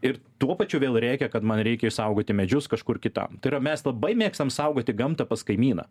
ir tuo pačiu vėl rėkia kad man reikia išsaugoti medžius kažkur kitam tai yra mes labai mėgstam saugoti gamtą pas kaimyną